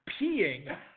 peeing